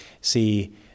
see